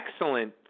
excellent